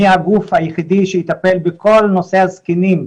מי הגוף היחידי שיטפל בכל נושא הזקנים,